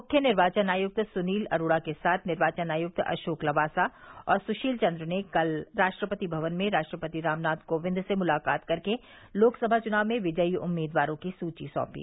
मुख्य निर्वाचन आयक्त सुनील अरोड़ा के साथ निर्वाचन आयक्त अशोक लवासा और सुशील चन्द्र ने कल राष्ट्रपति भवन में राष्ट्रपति रामनाथ कोविंद से मुलाकात कर के लोकसभा चुनाव में विजयी उम्मीदवारों की सूची सौंपी